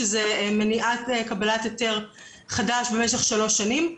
שזה מניעת קבלת היתר חדש למשך שלוש שנים,